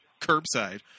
curbside